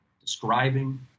describing